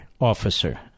officer